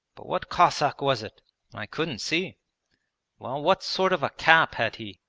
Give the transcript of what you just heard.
but what cossack was it i couldn't see well, what sort of a cap had he,